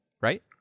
right